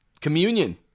communion